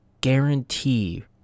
guarantee